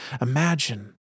Imagine